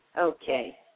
Okay